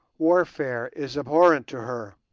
warfare is abhorrent to her,